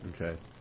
Okay